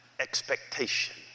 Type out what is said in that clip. expectation